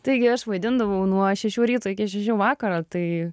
taigi aš vaidindavau nuo šešių ryto iki šešių vakaro tai